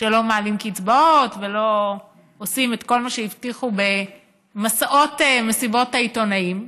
שלא מעלים קצבאות ולא עושים את כל מה שהבטיחו במסעות מסיבות העיתונאים,